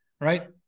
right